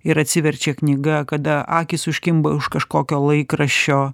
ir atsiverčia knyga kada akys užkimba už kažkokio laikraščio